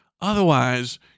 Otherwise